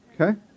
Okay